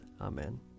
Amen